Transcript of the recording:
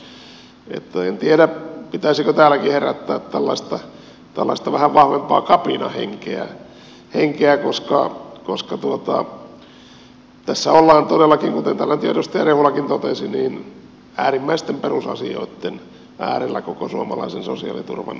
en tiedä pitäisikö täälläkin herättää tällaista vähän vahvempaa kapinahenkeä koska tässä ollaan todellakin kuten täällä edustaja rehulakin totesi äärimmäisten perusasioitten äärellä koko suomalaisen sosiaaliturvan tulevaisuuden kannalta